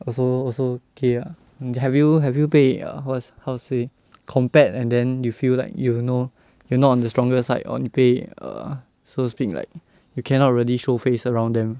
also also K lah hmm have you have you 被 err how how to say compared and then you feel like you know you're not on the stronger side or 你被 so speak like you cannot really show face around them